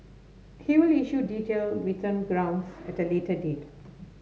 he will issue detail written grounds at a later date